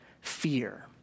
fear